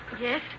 Yes